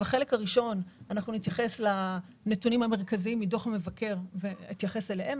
בחלק הראשון אנחנו נתייחס לנתונים המרכזיים מדוח המבקר ואתייחס אליהם,